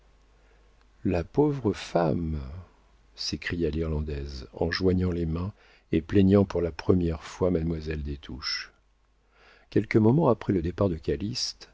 la pauvre femme s'écria l'irlandaise en joignant les mains et plaignant pour la première fois mademoiselle des touches quelques moments après le départ de